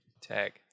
tag